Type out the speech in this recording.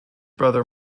brother